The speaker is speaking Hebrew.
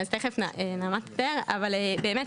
באמת,